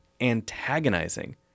antagonizing